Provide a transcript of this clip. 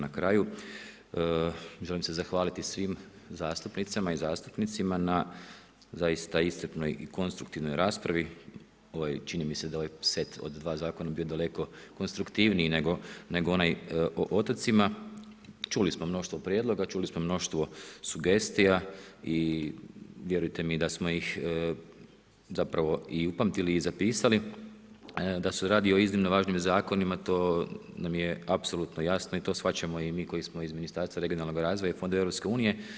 Na kraju, želim se zahvaliti svim zastupnicama i zastupnicima, na zaista iscrpnoj i konstruktivnoj raspravi, ovo je čini mi se ovaj set od dva zakona bio daleko konstruktivniji nego onaj o otocima, čuli smo mnoštvo prijedloga, čuli smo mnoštvo sugestija i vjerujte mi da smo ih zapravo i upamtili i zapisali, da se radi o iznimno važnim zakonima, to nam je apsolutno jasno i to shvaćamo i mi koji smo iz Ministarstva regionalnog razvoja i fondova EU.